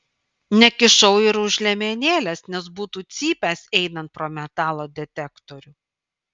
nekišau ir už liemenėlės nes būtų cypęs einant pro metalo detektorių